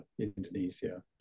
Indonesia